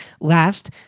last